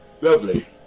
lovely